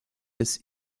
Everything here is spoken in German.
des